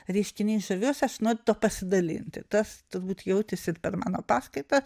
reiškiniais žaviuosi aš noriu tuo pasidalinti tas turbūt jautėsi ir per mano paskaitas